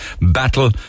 battle